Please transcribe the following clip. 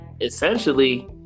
essentially